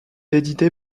édité